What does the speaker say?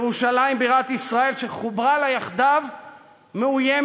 ירושלים בירת ישראל שחוברה לה יחדיו מאוימת,